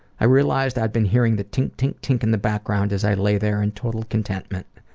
i realized i'd been hearing the tink-tink-tink in the background as i lay there in total contentment.